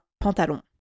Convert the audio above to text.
pantalon